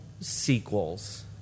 sequels